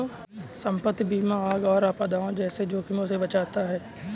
संपत्ति बीमा आग और आपदाओं जैसे जोखिमों से बचाता है